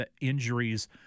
injuries